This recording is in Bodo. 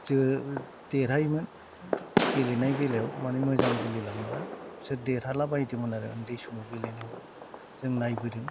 देरहायोमोन गेलेनाय बेलायाव माने मोजां गेले लांब्ला बिसोर देरहाला बायदोंमोन आरो उन्दै समाव गेलेनायाव जों नायबोदों